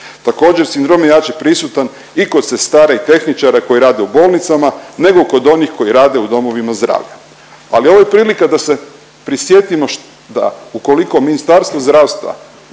Također, sindrom je jače prisutan i kod sestara i tehničara koji rade u bolnicama, nego kod onih koji rade u domovima zdravlja, ali ovo je prilika da se prisjetimo .../Govornik se ne razumije./...